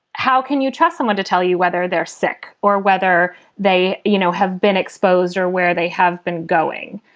how can you trust someone to tell you whether they're sick or whether they you know have been exposed or where they have been going?